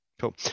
Cool